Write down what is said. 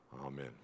Amen